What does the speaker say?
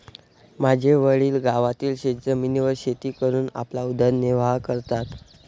माझे वडील गावातील शेतजमिनीवर शेती करून आपला उदरनिर्वाह करतात